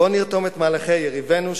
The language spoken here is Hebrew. בואו נרתום את מהלכי יריבינו,